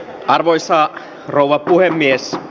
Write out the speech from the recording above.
arvoisa rouva puhemies